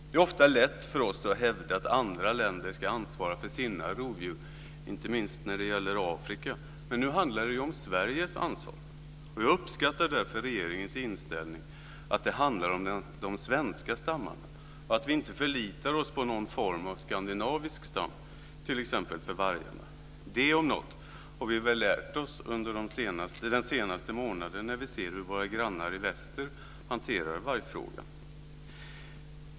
Det är ofta lätt för oss att hävda att andra länder ska ansvara för sina rovdjur. Det gäller inte minst Afrika. Men nu handlar det ju om Sveriges ansvar. Jag uppskattar därför regeringens inställning att det handlar om de svenska stammarna, att vi inte ska förlita oss på någon form av skandinavisk stam för vargarna t.ex. Detta om något har vi väl lärt oss under den senaste månaden när vi sett hur våra grannar i väster hanterar vargfrågan.